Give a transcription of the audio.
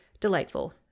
delightful